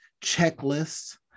checklists